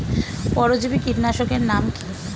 পরজীবী কীটনাশকের নাম কি?